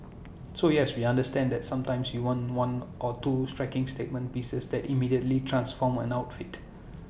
so yes we understand that sometimes you want one or two striking statement pieces that immediately transform an outfit